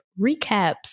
recaps